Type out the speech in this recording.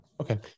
okay